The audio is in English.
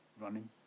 Running